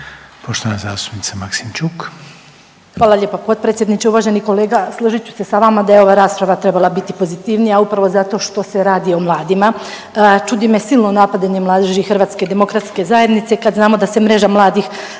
Ljubica (HDZ)** Hvala lijepa potpredsjedniče. Uvaženi kolega, složiti ću se sa vama da je ova rasprava trebala biti pozitivnija upravo zato što se radi o mladima. Čudi me silno napadanje Mladeži HDZ-a kad samo da se Mreža mladih